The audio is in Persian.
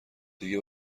دیگه